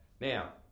Now